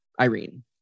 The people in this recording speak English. Irene